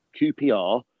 QPR